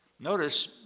Notice